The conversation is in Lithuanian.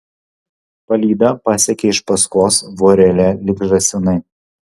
palyda pasekė iš paskos vorele lyg žąsinai